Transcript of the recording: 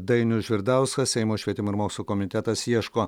dainius žvirdauskas seimo švietimo ir mokslo komitetas ieško